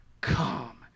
come